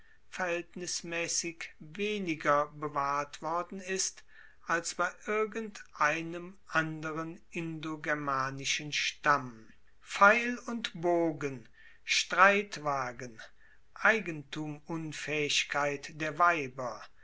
verhaeltnismaessig weniger bewahrt worden ist als bei irgendeinem anderen indogermanischen stamm pfeil und bogen streitwagen eigentumunfaehigkeit der weiber